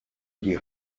die